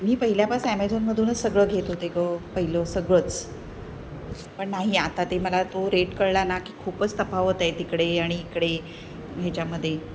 मी पहिल्यापासून ॲमेझॉनमधूनच सगळं घेत होते गं पहिलं सगळंच पण नाही आता ते मला तो रेट कळला ना की खूपच तफावत आहे तिकडे आणि इकडे ह्याच्यामध्ये